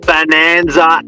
Bonanza